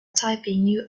typing